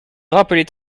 rappelait